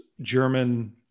German